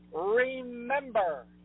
Remember